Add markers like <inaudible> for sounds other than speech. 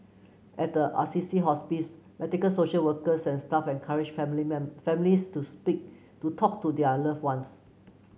at the Assisi Hospice medical social workers and staff encourage family <unintelligible> families to speak to talk to their loved ones